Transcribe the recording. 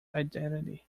identity